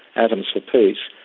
atoms for peace,